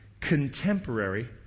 contemporary